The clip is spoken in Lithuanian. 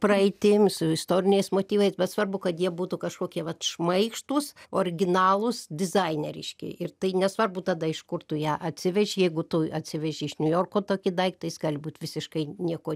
praeitim su istoriniais motyvais bet svarbu kad jie būtų kažkokie vat šmaikštūs originalūs dizaine reiški ir tai nesvarbu tada iš kur tu ją atsiveži jeigu tu atsiveži iš niujorko tokį daiktą jis gali būt visiškai niekuo